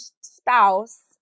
spouse